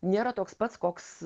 nėra toks pats koks